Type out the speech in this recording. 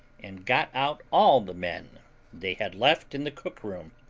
and got out all the men they had left in the cook-room,